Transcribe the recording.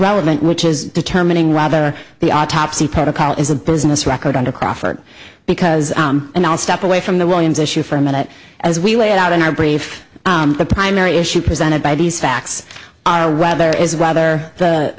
relevant which is determining rather the autopsy protocol is a business record under crawford because and i'll step away from the williams issue for a minute as we lay out in our brief the primary issue presented by these facts are rather is whether